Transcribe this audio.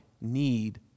need